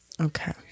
Okay